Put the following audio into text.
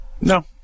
No